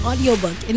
Audiobook